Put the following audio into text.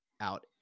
out